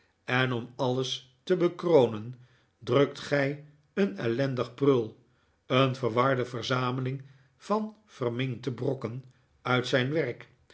en om alles te bekronen drukt gij een ellendig prul een verwarde verzameling van verminkte brokken uit zijn werk